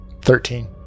Thirteen